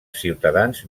ciutadans